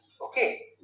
okay